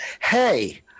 Hey